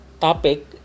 topic